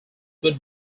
would